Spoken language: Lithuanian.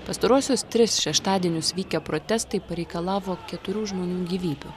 pastaruosius tris šeštadienius vykę protestai pareikalavo keturių žmonių gyvybių